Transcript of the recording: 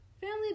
family